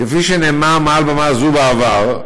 כפי שנאמר מעל במה זו בעבר,